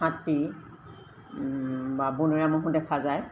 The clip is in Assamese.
হাতী বা বনৰীয়া ম'হো দেখা যায়